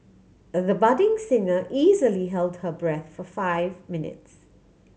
the budding singer easily held her breath for five minutes